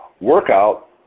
Workout